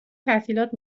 تعطیلات